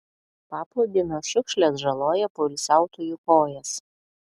paplūdimio šiukšlės žaloja poilsiautojų kojas